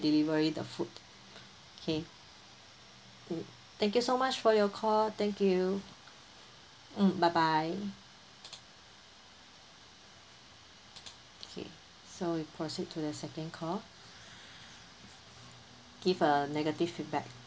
delivery the food okay mm thank you so much for your call thank you mm bye bye K so we proceed to the second call give a negative feedback